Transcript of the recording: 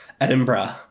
Edinburgh